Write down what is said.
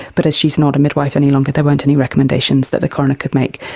but as she's not a midwife any longer there weren't any recommendations that the coroner could make.